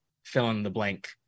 fill-in-the-blank